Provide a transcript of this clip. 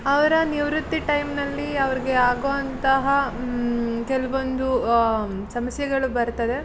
ಅವರ ನಿವೃತ್ತಿ ಟೈಮಿನಲ್ಲಿ ಅವ್ರಿಗೆ ಆಗುವಂತಹ ಕೆಲವೊಂದು ಸಮಸ್ಯೆಗಳು ಬರುತ್ತದೆ